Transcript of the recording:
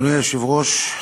אדוני היושב-ראש,